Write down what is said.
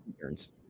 turns